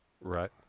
Right